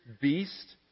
beast